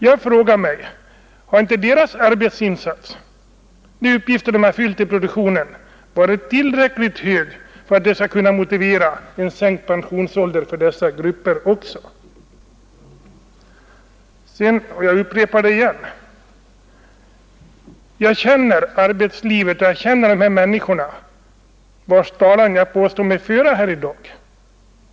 Jag frågar mig: Har inte deras insats i produktionen varit tillräckligt stor för att den skall kunna motivera sänkt pensionsålder också för dem? Jag upprepar att jag känner arbetslivet och att jag känner de människor vilkas talan jag påstår mig föra här i dag.